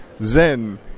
Zen